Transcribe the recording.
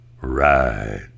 Right